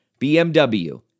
BMW